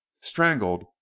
Strangled